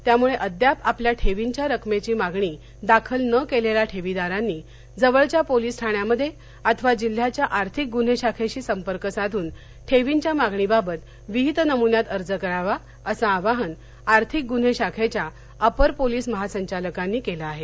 त्यामुळे अद्याप आपल्या ठेवींच्या रकमेची मागणी दाखल न केलेल्या ठेवीदारांनी जवळच्या पोलीस ठाण्यामध्ये अथवा जिल्ह्याच्या आर्थिक गुन्हे शाखेशी संपर्क साधून ठेवींच्या मागणीबाबत विहित नमुन्यात अर्ज करावा असं आवाहन आर्थिक गुन्हे शाखेच्या अपर पोलीस महासंचालकांनी केलं आहे